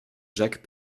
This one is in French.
jacques